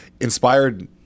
Inspired